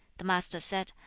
the master said,